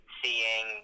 seeing